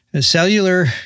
Cellular